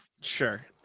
sure